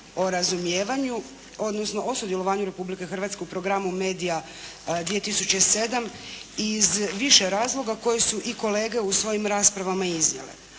o razumijevanju, odnosno o sudjelovanju Republike Hrvatske u programu MEDIA 2007. iz više razloga koje su i kolege u svojim raspravama iznijele.